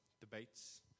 debates